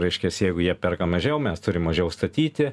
raiškias jeigu jie perka mažiau mes turim mažiau statyti